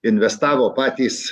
investavo patys